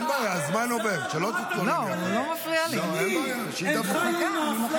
אין בעיה, הזמן עובר, שלא תתלונני אחר כך.